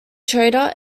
trader